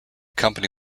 company